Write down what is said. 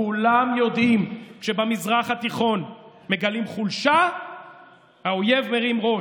כולם יודעים שכשמגלים חולשה במזרח התיכון האויב מרים ראש,